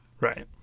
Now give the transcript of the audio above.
Right